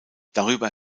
darüber